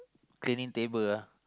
cleaning table ah